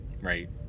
Right